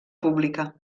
pública